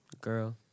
Girl